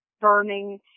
burning